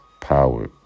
power